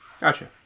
Gotcha